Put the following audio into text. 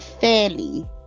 fairly